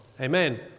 Amen